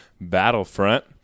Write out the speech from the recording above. Battlefront